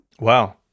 Wow